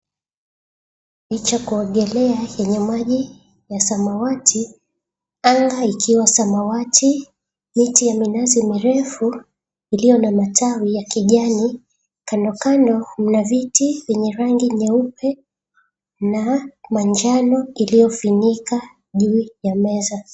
Kidimbwi Cha kuongelea yenye rangi ya samawati, angai ikiwa samawati, miti ya minazi mirefu iliyo na matawi na kijani, kando kando mna viti vyenye rangi nyeupe na manjano iliyofunika juu ya meza.